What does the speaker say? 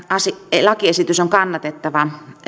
tämä lakiesitys on kannatettava